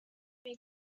what